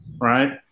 right